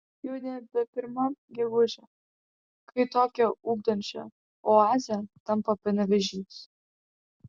jau nebe pirma gegužė kai tokia ugdančia oaze tampa panevėžys